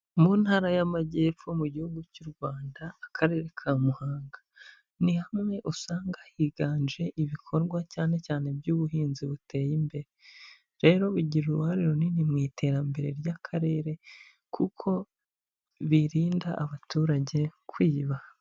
Mu ntara y'amajyepfo, mu gihugu cy'u Rwanda, akarere ka Muhanga, ni hamwe usanga higanje ibikorwa cyane cyane by'ubuhinzi buteye imbere, rero bigira uruhare runini mu iterambere ry'akarere, kuko birinda abaturage kwiba.